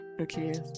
Okay